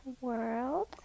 world